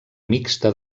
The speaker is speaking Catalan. mixta